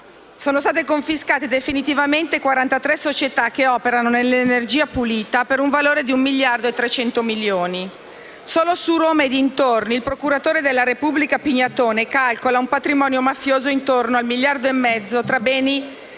sono state confiscate definitivamente 43 società che operano nell'energia pulita, per un valore di 1,3 miliardi di euro; solo su Roma e dintorni, il procuratore della Repubblica Pignatone calcola un patrimonio mafioso intorno a 1,5 miliardi tra beni